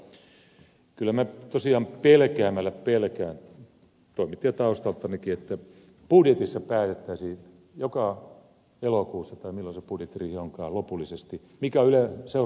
mutta kyllä minä tosiaan pelkäämällä pelkään toimittajataustaltanikin että budjetissa päätettäisiin joka elokuussa tai milloin se budjettiriihi onkaan lopullisesti mikä on ylen seuraavan vuoden rahoitus